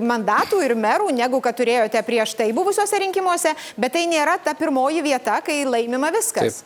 mandatų ir merų negu kad turėjote prieš tai buvusiuose rinkimuose bet tai nėra ta pirmoji vieta kai laimima viskas